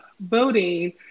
voting